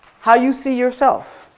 how you see yourself,